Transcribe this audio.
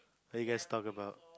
then you guys talk about